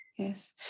Yes